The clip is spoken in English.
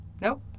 Nope